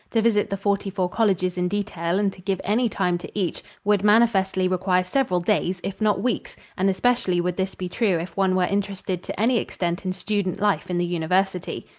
to visit the forty-four colleges in detail and to give any time to each would manifestly require several days if not weeks and especially would this be true if one were interested to any extent in student life in the university.